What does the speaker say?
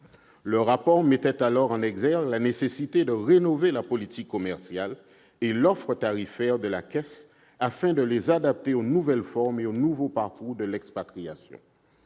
Leur rapport mettait alors en exergue la nécessité de rénover la politique commerciale et l'offre tarifaire de la Caisse, afin de les adapter aux nouvelles formes et aux nouveaux parcours de l'expatriation.